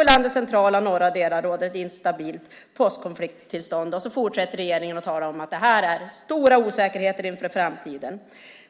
I landets centrala och norra delar råder ett instabilt postkonflikttillstånd. Sedan fortsätter regeringen att tala om att det här innebär stora osäkerheter inför framtiden.